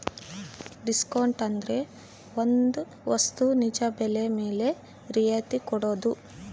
discount ಅಂದ್ರೆ ಒಂದ್ ವಸ್ತು ನಿಜ ಬೆಲೆ ಮೇಲೆ ರಿಯಾಯತಿ ಕೊಡೋದು